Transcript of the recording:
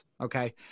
Okay